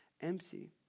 empty